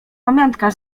pamiątka